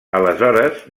aleshores